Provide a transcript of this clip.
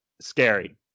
scary